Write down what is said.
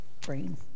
brain